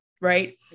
right